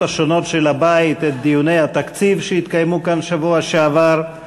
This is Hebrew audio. השונות של הבית לדיוני התקציב שהתקיימו כאן בשבוע שעבר.